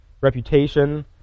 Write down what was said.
reputation